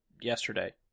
yesterday